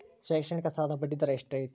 ಶೈಕ್ಷಣಿಕ ಸಾಲದ ಬಡ್ಡಿ ದರ ಎಷ್ಟು ಐತ್ರಿ?